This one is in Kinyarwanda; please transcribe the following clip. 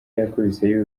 yakubise